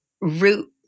root